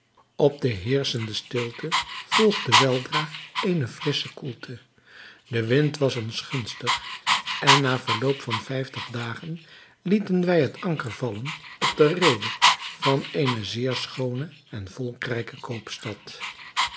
op de heerschende stilte volgde weldra eene frissche koelte de wind was ons gunstig en na verloop van vijftig dagen lieten wij het anker vallen op de reede van eene zeer schoone en volkrijke koopstad